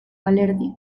balerdi